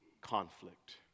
conflict